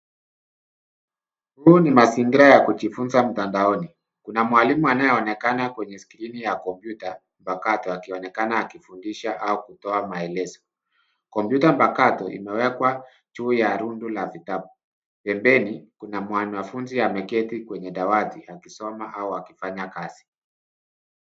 Huu ni mazingira ya kujifunza mtandaoni. Kuna mwalimu anayeonekana kwenye skirini ya kompyuta mpakato, akionekana akifundisha au kutoa maelezo. Kompyuta mpakato imewekwa juu ya rundu la vitabu. Pembeni, kuna mwanafunzi ameketi kwenye dawati, akisoma au akifanya kazi.